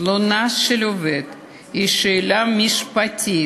תלונה של עובד היא שאלה משפטית.